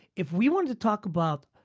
if we wanted to talk about,